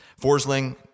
Forsling